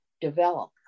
develop